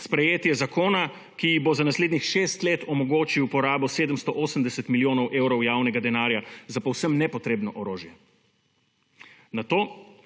sprejetje zakona, ki ji bo za naslednjih šest let omogočil uporabo 780 milijonov evrov javnega denarja za povsem nepotrebno orožje. Na to